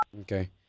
Okay